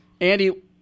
Andy